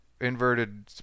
inverted